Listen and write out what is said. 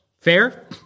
Fair